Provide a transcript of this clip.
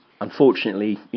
Unfortunately